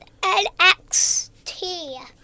NXT